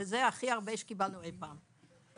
זה הכי הרבה שקיבלנו אי פעם.